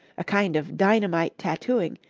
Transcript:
a kind of dynamite tattooing,